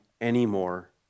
anymore